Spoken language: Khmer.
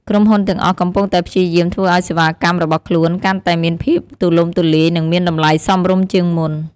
ក្រុមហ៊ុនទាំងអស់កំពុងតែព្យាយាមធ្វើឱ្យសេវាកម្មរបស់ខ្លួនកាន់តែមានភាពទូលំទូលាយនិងមានតម្លៃសមរម្យជាងមុន។